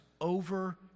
over